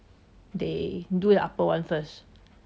they do the upper one first